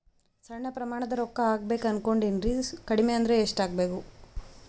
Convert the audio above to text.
ಸಣ್ಣ ಪ್ರಮಾಣದ ರೊಕ್ಕ ಹಾಕಬೇಕು ಅನಕೊಂಡಿನ್ರಿ ಕಡಿಮಿ ಅಂದ್ರ ಎಷ್ಟ ಹಾಕಬೇಕು?